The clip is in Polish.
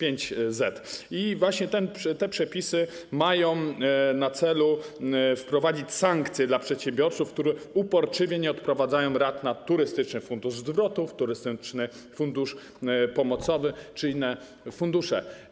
I właśnie te przepisy mają na celu wprowadzenie sankcji dla przedsiębiorców, którzy uporczywie nie odprowadzają rat na Turystyczny Fundusz Zwrotów, Turystyczny Fundusz Pomocowy czy inne fundusze.